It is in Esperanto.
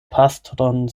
pastron